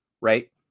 Right